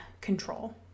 control